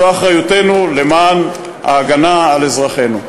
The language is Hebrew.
זו אחריותנו למען ההגנה על אזרחינו.